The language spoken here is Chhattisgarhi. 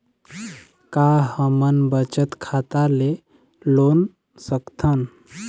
का हमन बचत खाता ले लोन सकथन?